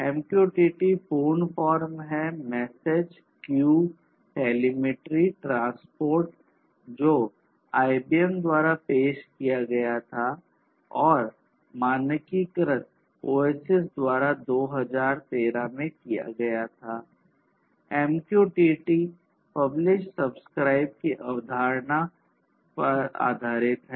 MQTT पूर्ण form है message queue telemetry transport की अवधारणा पर आधारित है